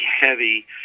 heavy